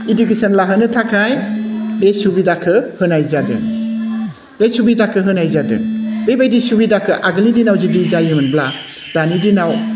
education लाहोनो थाखाय बे सुबिदाखौ होनाय जादों बे सुबिदाखौ होनाय जादों बेबादि सुबिदाखौ आगोलनि दिनाव जुदि जायोमोनब्ला दानि दिनाव